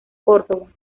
córdoba